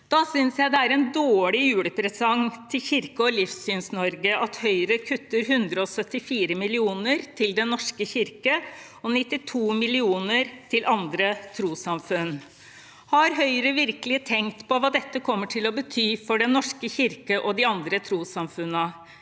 Da synes jeg det er en dårlig julepresang til Kirkeog Livsyns-Norge at Høyre kutter 174 mill. kr til Den norske kirke og 92 mill. kr til andre trossamfunn. Har Høyre virkelig tenkt på hva dette kommer til å bety for Den norske kirke og de andre trossamfunnene?